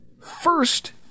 First